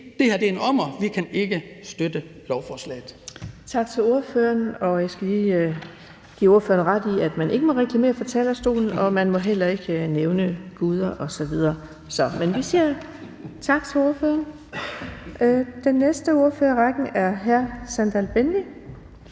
det her er en ommer. Vi kan ikke støtte lovforslaget.